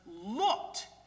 looked